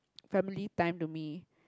family time to me